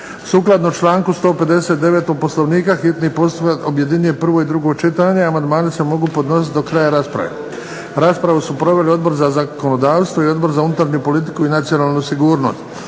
Sukladno članku 159. Poslovnika hitni postupak objedinjuje prvo i drugo čitanje. Amandmani se mogu podnositi do kraja rasprave. Raspravu su proveli Odbor za zakonodavstvo i Odbor za unutarnju politiku i nacionalnu sigurnost.